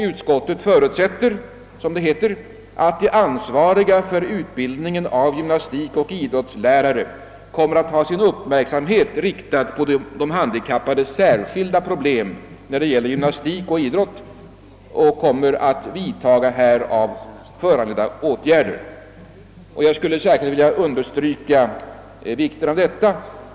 Utskottet anser sig böra förutsätta att de ansvariga för utbildningen av gymnastikoch idrottslärare kommer att ha sin uppmärksamhet riktad på de handikappades särskilda problem när det gäller gymnastik och idrott samt kommer att vidtaga härav föranledda åtgärder.» Jag vill understryka vikten av detta.